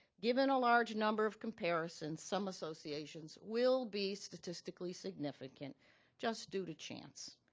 given a large number of comparisons, some associations will be statistically significant just due to chance.